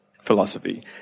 philosophy